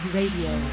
Radio